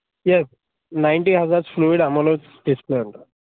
yes ninety hertz fluid AMOLED display అండి